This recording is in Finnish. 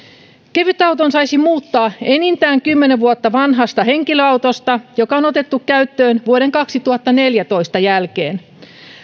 kevytauton saisi muuttaa enintään kymmenen vuotta vanhasta henkilöautosta joka on otettu käyttöön vuoden kaksituhattaneljätoista jälkeen